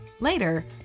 Later